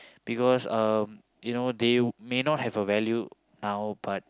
because um you know they may not have a value now but